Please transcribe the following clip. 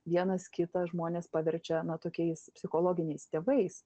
vienas kitą žmonės paverčia tokiais psichologiniais tėvais